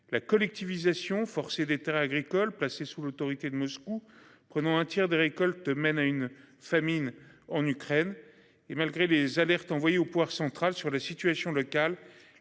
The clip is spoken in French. La collectivisation forcée des terrains agricoles placée sous l'autorité de Moscou. Prenons un tiers des récoltes mènent à une famine en Ukraine et malgré les alertes envoyées au pouvoir central sur la situation locale.